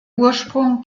ursprung